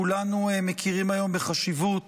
כולנו מכירים היום בחשיבות